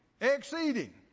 exceeding